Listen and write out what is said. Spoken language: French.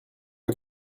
pas